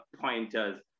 pointers